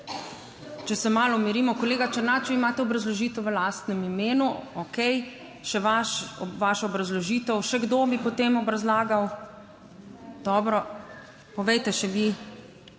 Če se malo umirimo. Kolega Černač vi imate obrazložitev v lastnem imenu? Okej. Še vaša obrazložitev. Še kdo bi potem obrazlagal? Dobro. Povejte še vi,